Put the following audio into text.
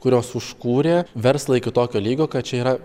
kurios užkūrė verslą iki tokio lygio kad čia yra